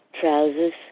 Trousers